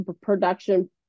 production